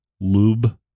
lube